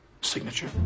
signature